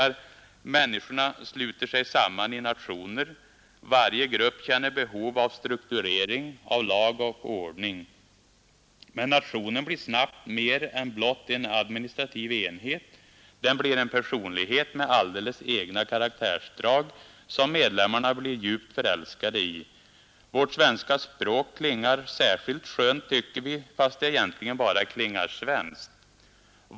”Människorna sluter sig samman i nationer. Varje grupp känner behov av strukturering, av lag och ordning. Men nationen blir snabbt mer än blott en administrativ enhet. Den blir en personlighet med alldeles egna karaktärsdrag, som medlemmarna blir djupt förälskade i. Vårt svenska språk klingar särskilt skönt, tycker vi, fastän det egentligen bara klingar svenskt.